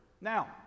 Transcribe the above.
Now